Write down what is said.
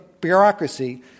bureaucracy